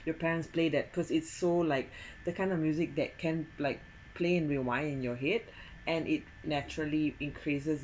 your parents play that because it's so like the kind of music that can like play and rewind in your head and it naturally increases